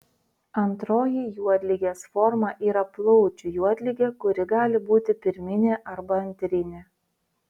antroji juodligės forma yra plaučių juodligė kuri gali būti pirminė arba antrinė